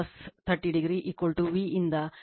ಆದ್ದರಿಂದ Vp 2 VL 2